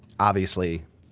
obviously,